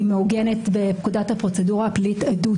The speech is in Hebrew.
היא מעוגנת בפקודת הפרוצדורה הפלילית (עדות).